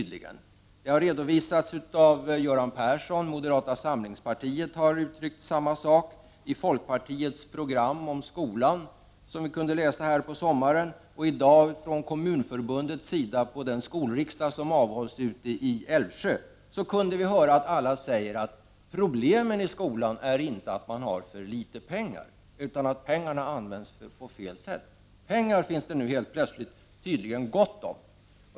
Det har redovisats av Göran Persson, moderata samlingspartiet har uttryckt samma sak, och i folkpartiets program om skolan, som vi kunde läsa i somras, har det också redovisats. Och i dag har detta framförts från Kommunförbundets sida på den skolriksdag som avhålls ute i Älvsjö. Alla säger att problemen i skolan inte beror på att skolan har för litet pengar utan på att pengarna används på fel sätt. Pengar finns det nu tydligen gott om.